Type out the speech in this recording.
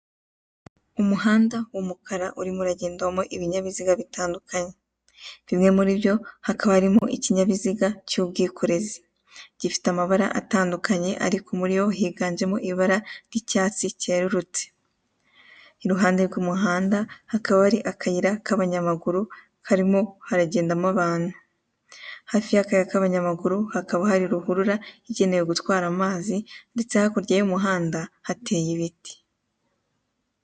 Umuhanda w'umukara urimo uragendamo ibinyabiziga bitandukanye. Bimwe muri byo hakaba harimo ikinyabiziga cy'ubwikorezi, gifite amabara atandukanye ariko muri yo higanjemo ibara ry'icyatsi cyerurutse. Iruhande rw'umuhanda hakaba hari akayira k'abanyamaguru harimo haragendamo abantu. Hafi y'akayira k'abanyamaguru hakaba hari ruhurura igenewe gutwara amazi ndetse hakurya y'umuhanda hateye ibiti.